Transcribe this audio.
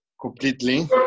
completely